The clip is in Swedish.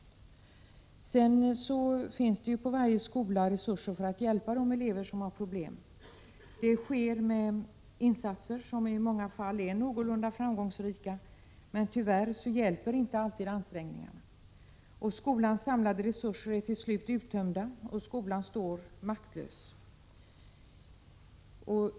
På varje skola finns det resurser för att hjälpa de elever som har problem. Detta sker med insatser som i många fall är någorlunda framgångsrika. Men tyvärr hjälper inte alltid ansträngningarna. Till slut är skolans resurser uttömda och skolan står maktlös.